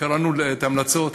קראנו את ההמלצות,